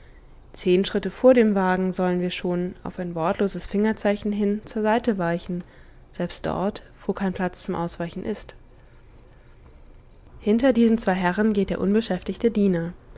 zehn schritte vor dem wagen sollen wir schon auf ein wortloses fingerzeichen hin zur seite weichen selbst dort wo kein platz zum ausweichen ist hinter diesen zwei herren geht der unbeschäftigte diener